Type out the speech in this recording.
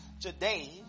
today